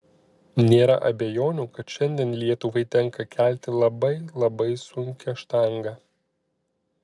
nėra abejonių kad šiandien lietuvai tenka kelti labai labai sunkią štangą